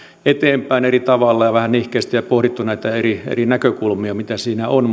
eteenpäin vähän eri tavalla ja vähän nihkeästi ja pohdittu näitä eri eri näkökulmia mitä siinä on